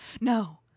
No